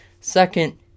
Second